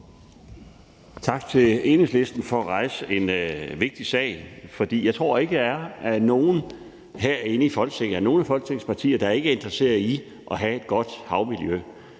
Tak til Enhedslisten for at rejse en vigtig sag. Jeg tror ikke, der er nogen herinde i Folketinget, nogen af Folketingets partier, der ikke er interesseret i at have et godt havmiljø,